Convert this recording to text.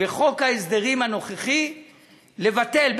בחוק ההסדרים הנוכחי לבטל,